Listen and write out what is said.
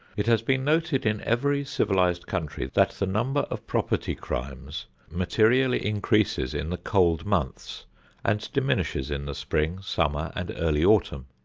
it has been noted in every civilized country that the number of property crimes materially increases in the cold months and diminishes in the spring, summer and early autumn.